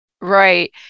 right